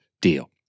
deal